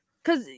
Cause